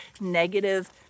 negative